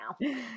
now